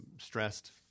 stressed